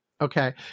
Okay